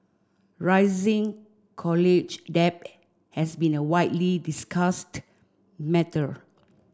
rising college debt has been a widely discussed matter